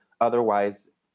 otherwise